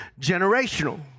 generational